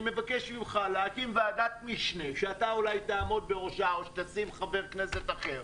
אני מבקש שנקים ועדת משנה שאתה אולי תעמוד בראשה או שתמנה חבר כנסת אחר,